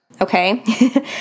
okay